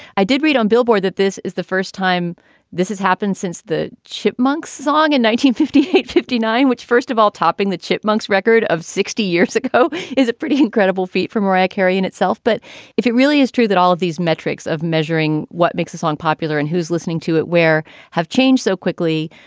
i did read on billboard that this is the first time this has happened since the chipmunk song and in one eight fifty nine, which first of all, topping the chipmunks record of sixty years ago is a pretty incredible feat for mariah carey in itself. but if it really is true that all of these metrics of measuring what makes a song popular and who's listening to it where have changed so quickly,